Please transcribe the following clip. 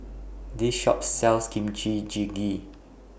This Shop sells Kimchi Jjigae